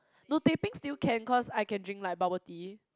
no teh peng still can cause I can drink like bubble tea